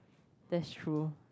that's true